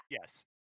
Yes